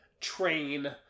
train